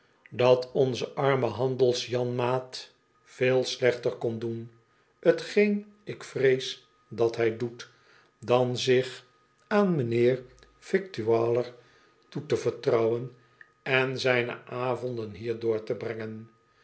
dat onze arme handelsjanmaat veel slechter kon doen t geen ik vrees dat hij doet dan zich aan mijnheer yictualler toe te vertrouwen en zijne avonden hier door te brengen